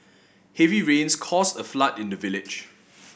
heavy rains caused a flood in the village